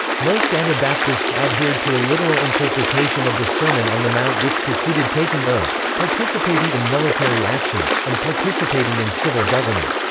most anabaptists adhered to a literal interpretation of the sermon on the mount which precluded taking oaths, participating in military actions, and participating in civil government.